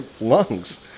lungs